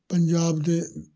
ਪੰਜਾਬ ਦੇ